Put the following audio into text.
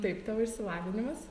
taip tavo išsilavinimas